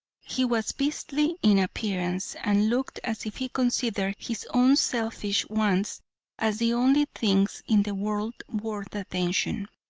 he was beastly in appearance, and looked as if he considered his own selfish wants as the only things in the world worth attention.